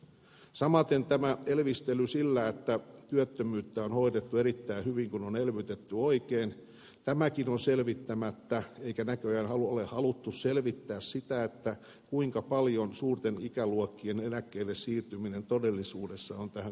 samaten tämä elvistely sillä että työttömyyttä on hoidettu erittäin hyvin kun on elvytetty oikein on selvittämättä eikä näköjään ole haluttu selvittää sitä kuinka paljon suurten ikäluokkien eläkkeelle siirtyminen todellisuudessa on tähän kokonaistilanteeseen vaikuttanut